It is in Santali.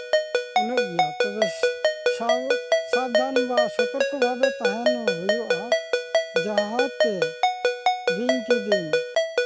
ᱩᱱᱟᱹᱜ ᱜᱮᱭᱟ ᱛᱚᱵᱮ ᱥᱟᱵᱫᱷᱟᱱ ᱵᱟ ᱥᱚᱛᱨᱠᱚ ᱵᱷᱟᱵᱮ ᱛᱟᱦᱮᱱ ᱦᱩᱭᱩᱜᱼᱟ ᱡᱟᱦᱟᱸ ᱛᱮ ᱵᱤᱧ ᱠᱤᱫᱤᱧ